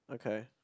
okay